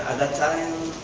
and that time,